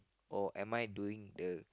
or am I doing the